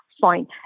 fine